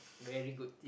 very good